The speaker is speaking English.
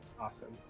awesome